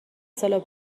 ساله